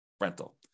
rental